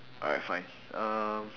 alright fine um